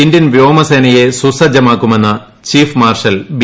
Indian വ്യോമ്സേനയെ സുസജ്ജമാക്കുമെന്ന് chief marshal B